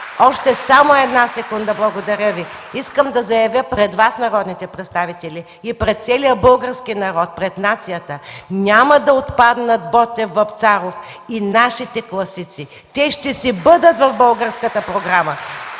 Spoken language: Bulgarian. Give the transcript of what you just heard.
още една секунда: искам да заявя пред Вас, народните представители, и пред целия български народ, пред нацията: няма да отпаднат Ботев и Вапцаров и нашите класици. Те ще си бъдат в българската програма